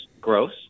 gross